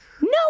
No